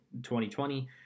2020